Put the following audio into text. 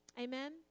Amen